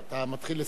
אתה מתחיל לסיים.